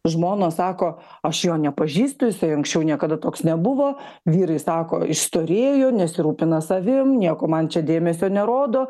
žmonos sako aš jo nepažįstu jisai anksčiau niekada toks nebuvo vyrai sako išstorėjo nesirūpina savim nieko man čia dėmesio nerodo